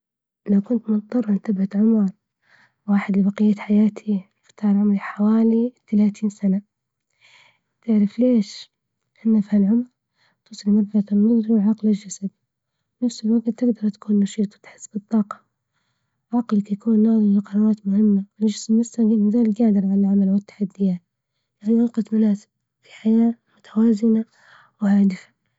لو كنت مضطر أثبت عمر واحد لقبقية حياتي، أختار عمري حوالي ثلاثين سنة، تعرف ليش؟ لإنه في هالعمر توصل لمرحلة النضج والعقل الجسد، بنفس الوقت تقدر تكون نشيط وتحس بالطاقة عقلك يكون ناضج وقراراتة مهمة، قادر على العمل والتحديات، في حياة متوازنة وهادفة.